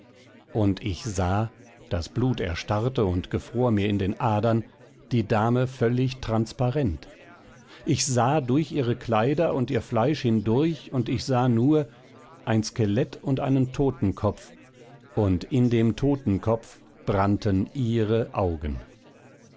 und ich sah das blut erstarrte und gefror mir in den adern die dame völlig transparent ich sah durch ihre kleider und ihr fleisch hindurch und ich sah nur ein skelett und einen totenkopf und in dem totenkopf brannten ihre augen